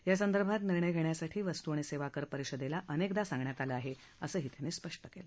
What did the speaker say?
यासंदर्भात निर्णय घेण्यासाठी वस्तू आणि सेवा कर परिषदेला अनेकदा सांगण्यात आलं आहे असं त्यांनी सांगितलं